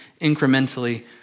incrementally